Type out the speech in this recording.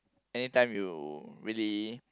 anytime you really